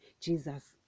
Jesus